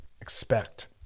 expect